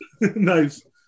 Nice